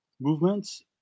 movements